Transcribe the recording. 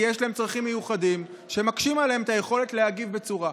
כי יש להם צרכים מיוחדים שמקשים עליהם את היכולת להגיב בצורה,